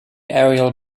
aerial